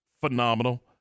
phenomenal